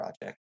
project